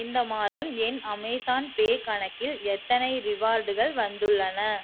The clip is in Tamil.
இந்த மாதம் என் அமேசான் பே கணக்கில் எத்தனை ரிவார்டுகள் வந்துள்ளன